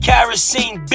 Kerosene